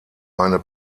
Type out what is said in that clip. eine